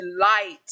light